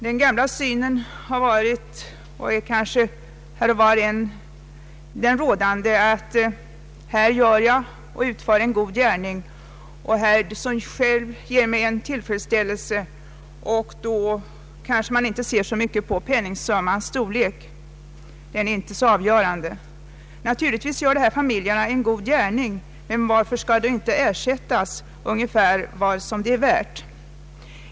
Den gamla synen har varit och är kanske här och var fortfarande att här gör man en god gärning som ger en själv tillfredsställelse, och man ser kanske inte så mycket på ersättningens storlek — den är inte avgörande. Naturligtvis gör sådana familjer en god gärning. Varför skall de då inte ersättas med vad det är värt?